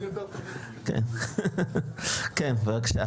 כן בבקשה.